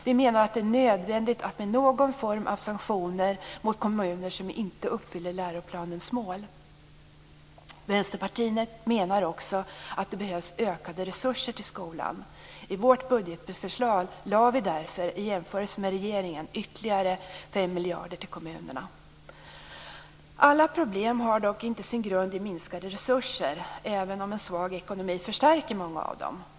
Vi menar att det är nödvändigt med någon form av sanktioner mot kommuner som inte uppfyller läroplanens mål. Vänsterpartiet menar också att det behövs ökade resurser till skolan. I vårt budgetförslag föreslår vi därför i jämförelse med regeringen ytterligare 5 miljarder till kommunerna. Alla problem har dock inte sin grund i minskade resurser, även om en svag ekonomi förstärker många av dem.